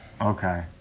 Okay